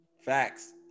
Facts